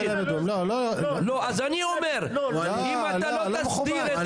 אז אני אומר, אם אתה לא תסדיר את